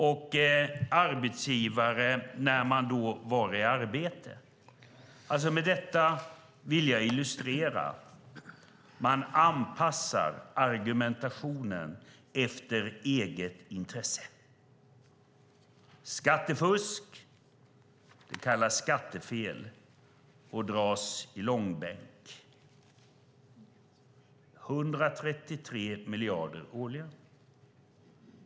Likadant var det för arbetsgivare när man var i arbete. Med detta vill jag illustrera att man anpassar argumentationen efter eget intresse. Skattefusk kallas skattefel och dras i långbänk. Det är fråga om 133 miljarder årligen.